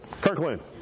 Kirkland